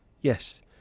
Yes